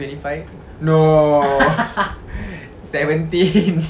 twenty five no seventeen